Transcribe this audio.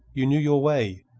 you knew your way.